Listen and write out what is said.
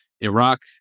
Iraq